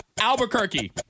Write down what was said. albuquerque